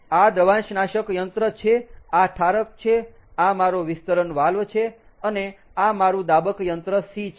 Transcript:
આ દ્રવાંશનાશક યંત્ર છે આ ઠારક છે આ મારો વિસ્તરણ વાલ્વ છે અને આ મારૂ દાબક યંત્ર C છે